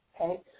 okay